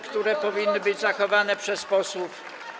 które powinny być zachowane przez posłów.